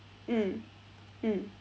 mm mm